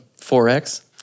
4x